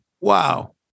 wow